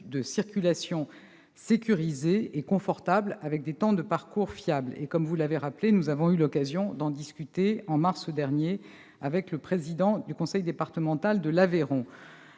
de circulation sécurisées et confortables, avec des temps de parcours fiables. Comme vous l'avez rappelé, nous avons eu l'occasion d'en discuter au mois de mars dernier avec le président du conseil départemental de l'Aveyron.